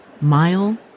Mile